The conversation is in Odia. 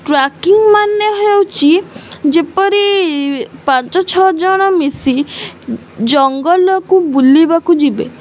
ଟ୍ରାକିଂ ମାନେ ହେଉଛି ଯେପରି ପାଞ୍ଚ ଛଅ ଜଣ ମିଶି ଜଙ୍ଗଲକୁ ବୁଲିବାକୁ ଯିବେ